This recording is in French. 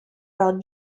par